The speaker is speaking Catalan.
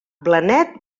blanet